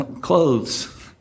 Clothes